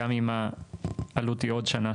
גם אם העלות היא עוד שנה,